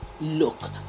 look